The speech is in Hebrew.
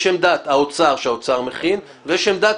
יש את עמדת האוצר שהאוצר מכין ויש את עמדת